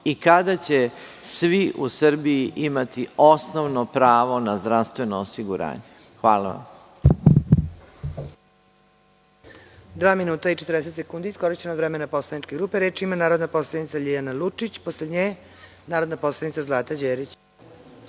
i kada će svi u Srbiji imati osnovno pravo na zdravstveno osiguranje? Hvala.